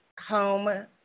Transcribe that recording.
home